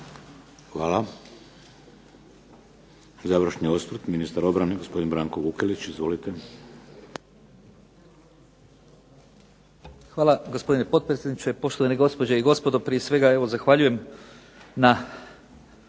Hvala. Završni osvrt ministar obrane, gospodin Branko Vukelić. Izvolite. **Vukelić, Branko (HDZ)** Hvala gospodine potpredsjedniče, poštovane gospođe i gospodo. Prije svega evo zahvaljujem na